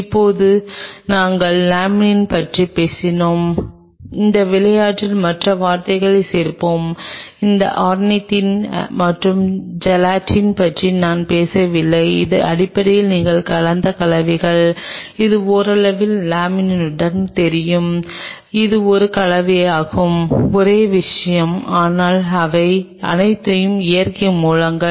இப்போது நாங்கள் லாமினின் பற்றிப் பேசினோம் அந்த விளையாட்டில் மற்ற வார்த்தையைச் சேர்ப்போம் இது ஆர்னிதின் மற்றும் ஜெலட்டின் பற்றி நான் பேசவில்லை இது அடிப்படையில் நீங்கள் கலந்த கலவையாகும் இது ஓரளவு லேமினினுடன் தெரியும் இது ஒரு கலவையாகும் ஒரே விஷயம் ஆனால் இவை அனைத்தும் இயற்கை மூலங்கள்